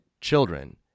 children